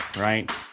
right